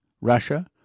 Russia